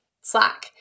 Slack